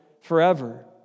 forever